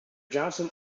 johnson